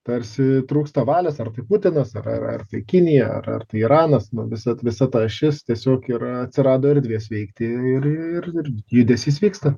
tarsi trūksta valios ar kaip putinas ar ar kaip kinija ar ar tai iranas nu visa visa ta ašis tiesiog ir atsirado erdvės veikti ir ir judesys vyksta